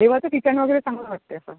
देवाचं ठिकाण वगैरे चांगलं वाटते असं